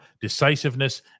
decisiveness